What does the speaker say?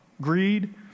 greed